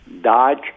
Dodge